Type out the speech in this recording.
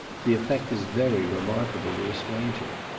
the effect is very remarkable to a stranger.